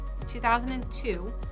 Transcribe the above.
2002